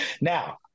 Now